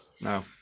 No